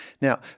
Now